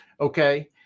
Okay